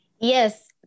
Yes